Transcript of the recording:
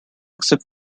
except